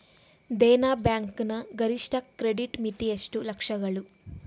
Dena bank ನ ಗರಿಷ್ಠ credit ಮಿತಿ ಎಷ್ಟು ಲಕ್ಷಗಳು?